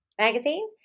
Magazine